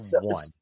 one